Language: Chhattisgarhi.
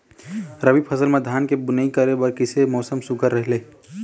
रबी फसल म धान के बुनई करे बर किसे मौसम सुघ्घर रहेल?